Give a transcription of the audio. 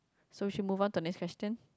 so should move on to next question